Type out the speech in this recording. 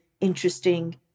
interesting